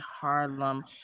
Harlem